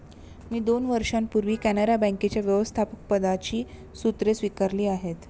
मी दोन वर्षांपूर्वी कॅनरा बँकेच्या व्यवस्थापकपदाची सूत्रे स्वीकारली आहेत